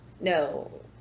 No